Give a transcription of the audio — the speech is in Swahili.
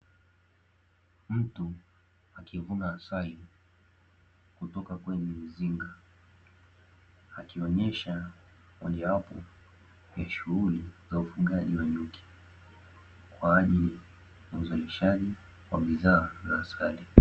Mtu akivuna asali kutoka kwenye mzinga, akionyesha mojawapo wa shughuli za ufugaji wa nyuki kwa ajili ya uzalishaji wa bidhaa za asali.